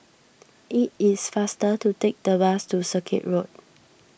it is faster to take the bus to Circuit Road